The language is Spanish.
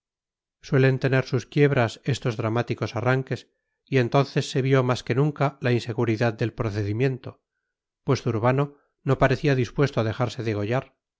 suelen tener sus quiebras estos dramáticos arranques y entonces se vio más que nunca la inseguridad del procedimiento pues zurbano no parecía dispuesto a dejarse degollar